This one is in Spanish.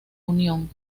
unión